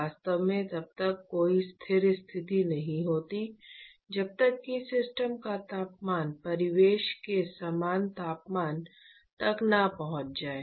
वास्तव में तब तक कोई स्थिर स्थिति नहीं होती है जब तक कि सिस्टम का तापमान परिवेश के समान तापमान तक न पहुंच जाए